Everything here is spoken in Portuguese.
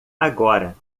agora